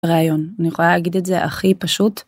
רעיון, אני יכולה להגיד את זה הכי פשוט?